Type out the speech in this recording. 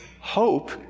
hope